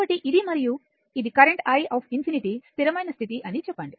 కాబట్టి ఇది మరియు ఇది కరెంట్ i ∞ స్థిరమైన స్థితి అని చెప్పండి